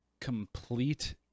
complete